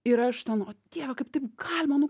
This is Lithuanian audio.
ir aš ten o dieve kaip taip galima nu